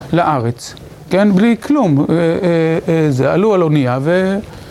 לארץ, כן? בלי כלום, זה עלו על אונייה ו...